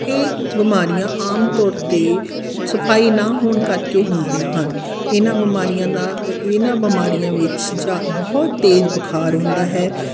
ਇਹ ਬਿਮਾਰੀਆਂ ਆਮ ਤੌਰ 'ਤੇ ਸਫਾਈ ਨਾ ਹੋਣ ਕਰਕੇ ਹੁੰਦੀਆਂ ਹਨ ਇਹਨਾਂ ਬਿਮਾਰੀਆਂ ਦਾ ਇਹਨਾਂ ਬਿਮਾਰੀਆਂ ਵਿੱਚ ਜਾਂ ਬਹੁਤ ਤੇਜ਼ ਬੁਖਾਰ ਹੁੰਦਾ ਹੈ